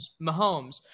Mahomes